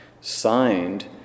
signed